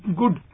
good